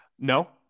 No